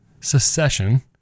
secession